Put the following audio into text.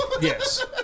Yes